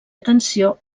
atenció